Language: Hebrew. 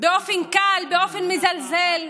באופן קל, באופן מזלזל,